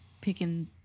picking